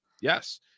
Yes